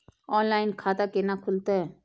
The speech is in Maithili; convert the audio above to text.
ऑनलाइन खाता केना खुलते?